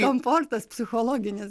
komfortas psichologinis